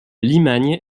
limagne